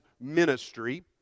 ministry